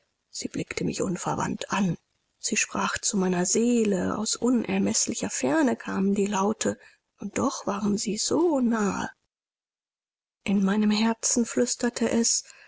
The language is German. sie blickte mich unverwandt an sie sprach zu meiner seele aus unermeßlicher ferne kamen die laute und doch waren sie so nahe in meinem herzen flüsterte es